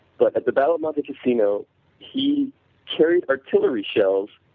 but at the battle of monte cassino he carried artillery shells,